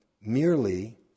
merely